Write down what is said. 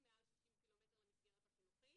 שנוסעים מעל 60 ק"מ למסגרת החינוכית.